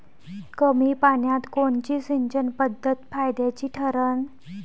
कमी पान्यात कोनची सिंचन पद्धत फायद्याची ठरन?